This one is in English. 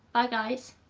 bye guys